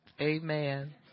Amen